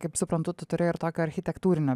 kaip suprantu tu turi ir tokio architektūrinio